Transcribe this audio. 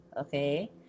okay